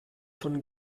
von